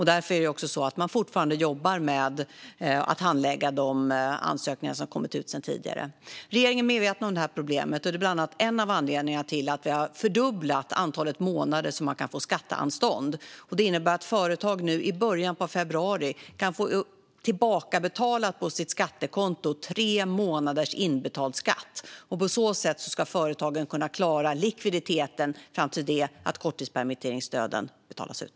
Därför jobbar man fortfarande med att handlägga de ansökningar som kommit in tidigare. Regeringen är medveten om detta problem, och det är bland annat en av anledningarna till att antalet månader som man kan få skatteanstånd har fördubblats. Det innebär att företag i början av februari kan få tillbaka tre månaders inbetald skatt på sitt skattekonto. På så sätt ska företagen kunna klara likviditeten fram tills att korttidspermitteringsstöden betalas ut.